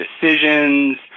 decisions